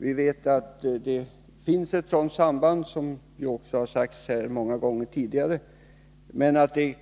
Vi vet ju att det finns ett samband mellan alkoholkonsumtion och skador, som sagts många gånger tidigare, men att det